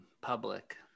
public